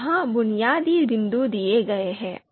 इसलिए यहां बुनियादी बिंदु दिए गए हैं